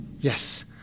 Yes